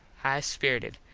high spirited.